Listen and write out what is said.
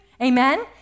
amen